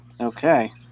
Okay